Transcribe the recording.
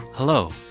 Hello